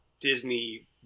Disney